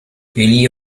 élie